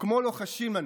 וכמו לוחשים לנו: